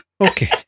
Okay